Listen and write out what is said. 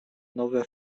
nowe